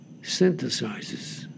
synthesizes